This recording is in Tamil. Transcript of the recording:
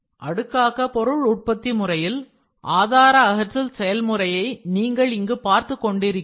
அடுக்காக்க பொருள் உற்பத்தி முறையில் ஆதாரஅகற்றல் செயல்முறையை நீங்கள் இங்கு பார்த்துக் கொண்டிருக்கிறீர்கள்